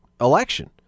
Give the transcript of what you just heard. election